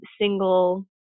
single